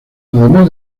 además